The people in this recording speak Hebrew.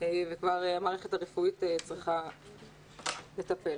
והמערכת הרפואית צריכה לטפל.